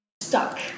stuck